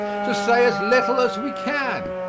to say as little as we can,